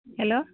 hello